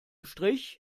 strich